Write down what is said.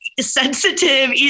sensitive